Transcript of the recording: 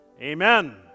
amen